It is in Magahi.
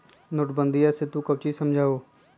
नोटबंदीया से तू काउची समझा हुँ?